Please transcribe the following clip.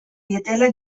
dietela